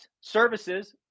services